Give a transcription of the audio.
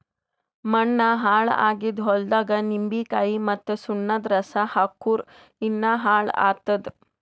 ಮಣ್ಣ ಹಾಳ್ ಆಗಿದ್ ಹೊಲ್ದಾಗ್ ನಿಂಬಿಕಾಯಿ ಮತ್ತ್ ಸುಣ್ಣದ್ ರಸಾ ಹಾಕ್ಕುರ್ ಇನ್ನಾ ಹಾಳ್ ಆತ್ತದ್